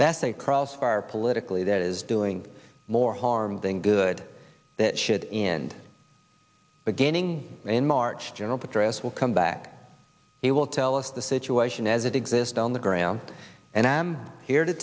that's a cross fire politically that is doing more harm than good that should end beginning in march general petraeus will come back he will tell us the situation as it exists on the ground and i am here to